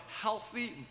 healthy